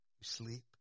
sleep